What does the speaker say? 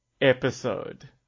episode